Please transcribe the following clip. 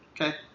Okay